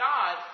God